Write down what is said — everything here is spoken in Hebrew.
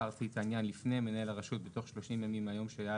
הארצי את העניין לפני מנהל הרשות בתוך 30 ימים מהיו שהיה